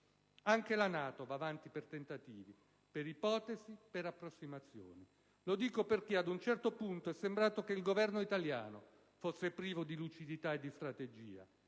Anche la NATO va avanti per tentativi, per ipotesi, per approssimazioni. Lo dico perché ad un certo punto è sembrato che il Governo italiano fosse privo di lucidità e di strategia.